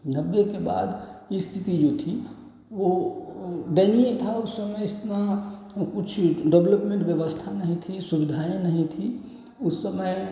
नब्बे के बाद की स्थिति जो थी वह दयनीय थी उस समय इतना कुछ डेवलपमेन्ट व्यवस्था नहीं थी सुविधाएँ नहीं थीं उस समय